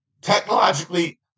Technologically